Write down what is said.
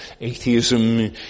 atheism